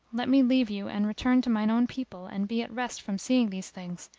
let me leave you and return to mine own people and be at rest from seeing these things,